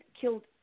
killed